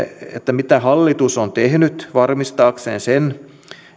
mitä hallitus on tehnyt varmistaakseen sen